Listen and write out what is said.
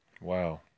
Wow